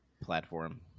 platform